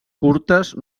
curtes